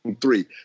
three